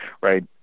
Right